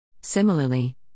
Similarly